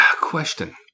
question